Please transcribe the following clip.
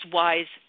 wise